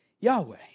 Yahweh